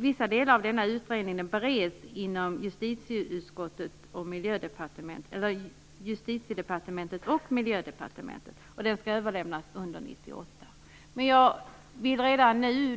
Vissa delar av det bereds inom Justitiedepartementet och Miljödepartementet, och slutsatserna skall överlämnas under 1998. Jag skulle redan nu